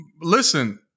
Listen